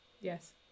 Yes